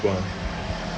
one